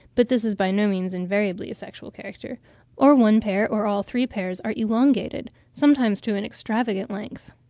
but this is by no means invariably a sexual character or one pair, or all three pairs are elongated, sometimes to an extravagant length.